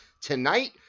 tonight